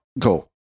cool